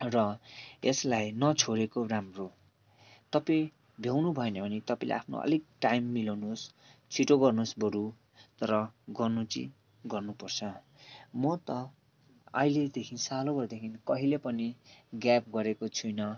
र यसलाई नछोडेको राम्रो तपाईँ भ्याउनु भएन भने तपाईँले आफ्नो अलिक टाइम मिलाउनुहोस् छिटो गर्नुहोस् बरू तर गर्नु चाहिँ गर्नुपर्छ म त आइलेदेखि सालौँभरदेखि कहिले पनि ग्याप गरेको छुइनँ